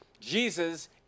Jesus